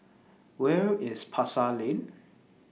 Where IS Pasar Lane